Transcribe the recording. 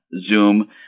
Zoom